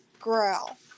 growl